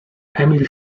emil